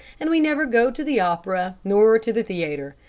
and we never go to the opera nor to the theatre,